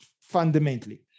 fundamentally